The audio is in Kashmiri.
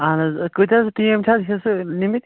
اَہَن حظ کۭتیاہ حظ ٹیٖم چھا حظ حِصہٕ نِمٕتۍ